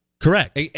Correct